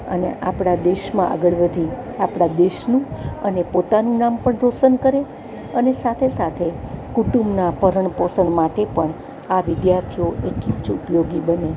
અને આપણા દેશમાં આગળ વધી આપણા દેશનું અને પોતાનું નામ પણ રોશન કરે અને સાથે સાથે કુટુંબના ભરણપોષણ માટે પણ આ વિદ્યાર્થીઓ એટલાં જ ઉપયોગી બને